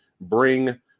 bring